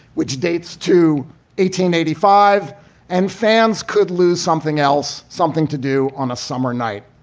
which dates to eighteen eighty five and fans could lose something else. something to do on a summer night.